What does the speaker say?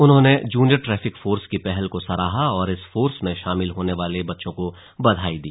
उन्होंने junior traffic force की पहल को सराहा और इस फोर्स में शामिल होने वाले बच्चों को बधाई दी